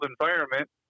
environment